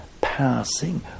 passing